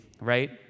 right